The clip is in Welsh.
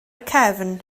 cefn